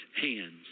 hands